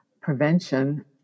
prevention